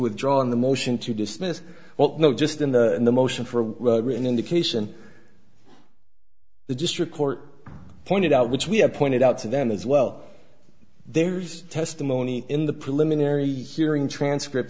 withdraw and the motion to dismiss what not just in the motion for a written indication the district court pointed out which we have pointed out to them as well there's testimony in the preliminary hearing transcript